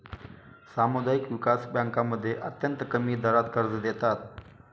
सामुदायिक विकास बँकांमध्ये अत्यंत कमी दरात कर्ज देतात